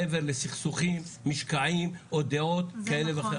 מעבר לסכסוכים, משקעים או דעות כאלה ואחרות.